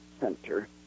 center